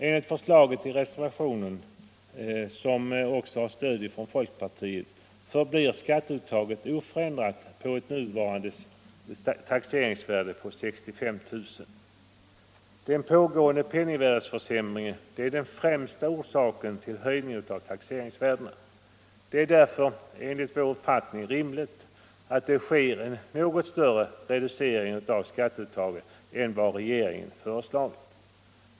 Enligt förslaget i reservationen, som också har stöd från folkpartiet, blir skatteuttaget oförändrat med ett nuvarande taxeringsvärde på 65 000. Den pågående penningvärdeförsämringen är den främsta orsaken till höjningen av taxeringsvärdena. Det är därför enligt vår uppfattning rimligt att det sker en något större reducering av skatteuttaget än vad regeringen föreslagit.